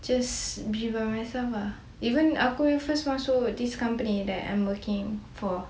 just be by myself ah even aku yang first masuk this company that I'm working for